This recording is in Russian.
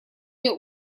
нее